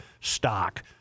stock